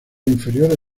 inferiores